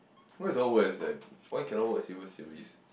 why you don't want work as like why you cannot work as civil service